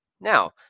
Now